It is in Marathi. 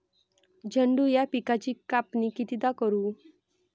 झेंडू या पिकाची कापनी कितीदा करू?